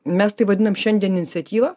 mes tai vadinam šiandien iniciatyva